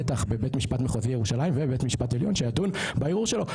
בטח בבית משפט מחוזי ירושלים ובית משפט עליון שידון בערעור שלו.